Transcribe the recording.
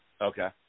Okay